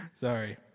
Sorry